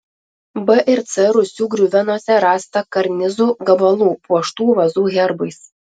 b ir c rūsių griuvenose rasta karnizų gabalų puoštų vazų herbais